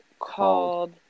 called